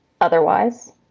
otherwise